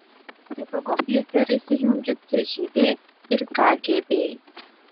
prie progos į aferą įsijungia cžv ir kgb